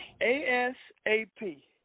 A-S-A-P